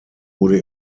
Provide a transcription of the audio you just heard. wurde